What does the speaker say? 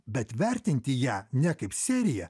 bet vertinti ją ne kaip seriją